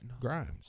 Grimes